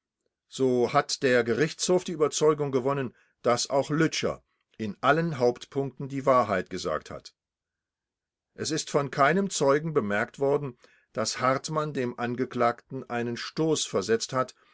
so hat der gerichtshof die überzeugung gewonnen daß auch lütscher in allen hauptpunkten die wahrheit gesagt hat es ist von keinem zeugen bemerkt worden daß hartmann dem angeklagten einen stoß versetzt hat